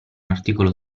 articolo